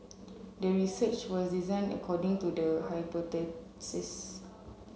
the research was designed according to the